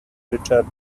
richard